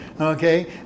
Okay